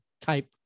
type